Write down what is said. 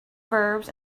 verbs